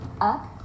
up